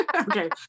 Okay